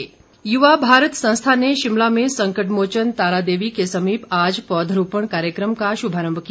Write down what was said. पौधरोपण युवा भारत संस्था ने शिमला में संकट मोचन तारादेवी के समीप आज पौधरोपण कार्यक्रम का शुभारम्भ किया